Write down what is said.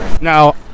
Now